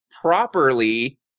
properly